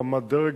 רמת-דרג,